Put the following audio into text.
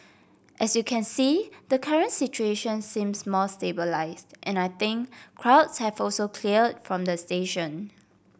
as you can see the current situation seems more stabilised and I think crowds have also cleared from the station